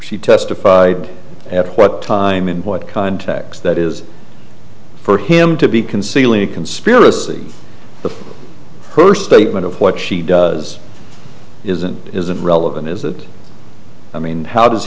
she testified at what time in what context that is for him to be concealing a conspiracy the first statement of what she does isn't isn't relevant is that i mean how does